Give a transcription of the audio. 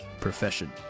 profession